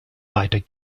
weiter